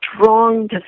strong